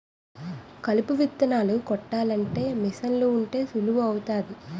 కలుపు విత్తనాలు కొట్టాలంటే మీసన్లు ఉంటే సులువు అవుతాది